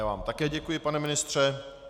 Já vám také děkuji, pane ministře.